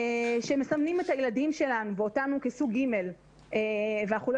שמסמנים את הילדים שלהם ואותנו כסוג ג' ואנחנו לא